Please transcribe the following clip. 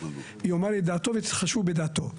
יאמר את דעתו ויתחשבו בדעתו.